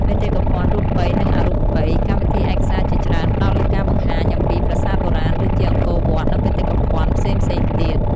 បេតិកភណ្ឌរូបី និងអរូបី កម្មវិធីឯកសារជាច្រើនផ្តោតលើការបង្ហាញអំពី ប្រាសាទបុរាណ ដូចជា អង្គរវត្ត និងបេតិកភណ្ឌផ្សេងៗទៀត។